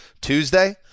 Tuesday